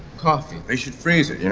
coffee. they should freeze it,